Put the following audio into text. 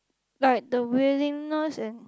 like the willingness and